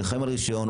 נלחם על רישיון.